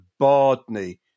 Bardney